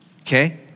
Okay